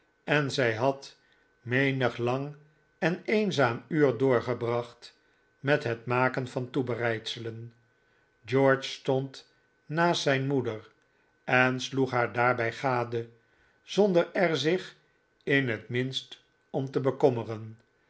en zij had menig lang en eenzaam uur doorgebracht met het maken van toebereidselen george stond naast zijn moeder en sloeg haar daarbij gade zonder er zich in het minst om te bekommeren